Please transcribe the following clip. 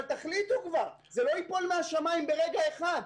אבל תחליטו כבר, זה לא ייפול מהשמיים ברגע אחד.